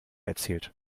erzählt